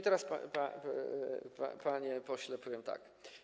Teraz, panie pośle, powiem tak.